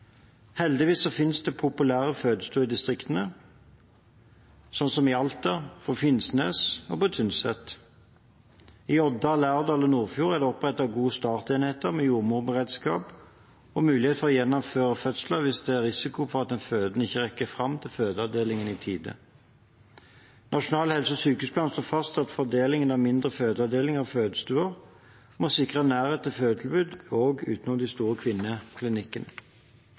Heldigvis finnes det populære fødestuer i distriktene, som i Alta, på Finnsnes og på Tynset. I Odda, i Lærdal og i Nordfjord er det opprettet gode startenheter med jordmorberedskap og mulighet for å gjennomføre fødsler hvis det er risiko for at den fødende ikke rekker fram til fødeavdelingen i tide. Nasjonal helse- og sykehusplan slår fast at fordelingen av mindre fødeavdelinger og fødestuer må sikre nærhet til fødetilbud også utenom de store kvinneklinikkene.